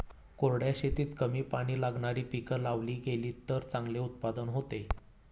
कोरड्या शेतीत कमी पाणी लागणारी पिकं लावली गेलीत तर चांगले उत्पादन होते